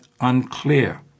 unclear